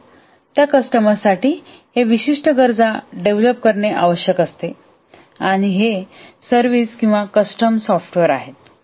तर त्या कस्टमर्स साठी या विशिष्ट गरजा डेव्हलप करणे आवश्यक आहे आणि हे सर्विस किंवा कस्टम सॉफ्टवेअर आहेत